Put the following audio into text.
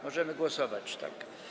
Możemy głosować, tak?